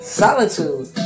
solitude